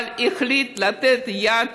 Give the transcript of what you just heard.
אבל החליט לתת יד,